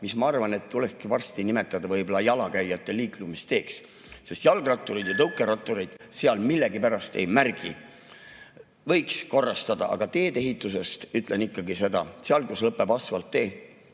mis, ma arvan, tulekski varsti nimetada võib-olla jalakäijate liiklemisteeks, sest jalgrattureid ja tõukerattureid seal millegipärast ei märka. Võiks seda korrastada. Aga tee-ehituse kohta ütlen ikkagi seda, et seal, kus lõpeb asfalttee,